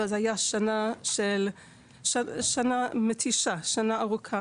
כלומר זו הייתה שנה מתישה, שנה ארוכה.